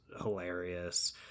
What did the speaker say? hilarious